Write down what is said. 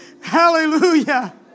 Hallelujah